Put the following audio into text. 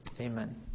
Amen